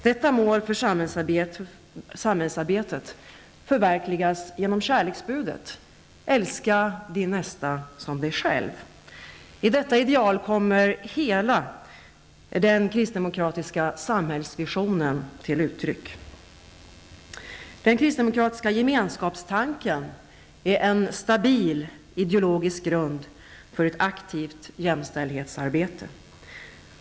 Detta mål för samhällsarbetet förverkligas genom kärleksbudet, ''älska din nästa som dig själv''. I detta ideal kommer hela den kristdemokratiska samhällsvisionen till uttryck. Den kristdemokratiska gemenskapstanken är en stabil ideologisk grund för ett aktivt jämställdhetsarbete.